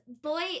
boy